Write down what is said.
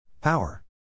Power